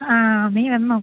ആ നീ വന്നോ